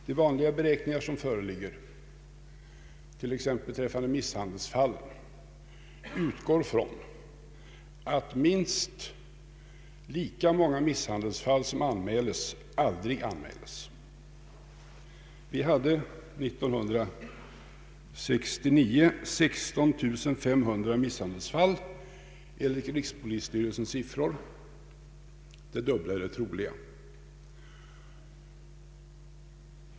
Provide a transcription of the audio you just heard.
De vanliga beräkningar som föreligger — t.ex. beträffande misshandelsfallen — utgår från att minst lika många misshandelsfall som anmäls aldrig anmäls. Vi hade år 1969 enligt rikspolisstyrelsens siffror 16500 misshandelsfall. Det dubbla är det troliga.